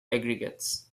aggregates